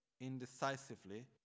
indecisively